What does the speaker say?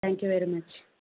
thank you very much